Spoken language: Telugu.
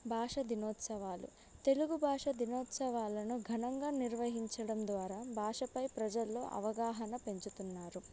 భాష దినోత్సవాలు తెలుగు భాష దినోత్సవాలను ఘనంగా నిర్వహించడం ద్వారా భాషపై ప్రజల్లో అవగాహన పెంచుతున్నారు